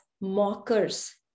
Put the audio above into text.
mockers